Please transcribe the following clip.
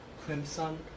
Crimson